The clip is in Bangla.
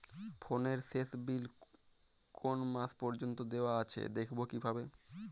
ফোনের শেষ বিল কোন মাস পর্যন্ত দেওয়া আছে দেখবো কিভাবে?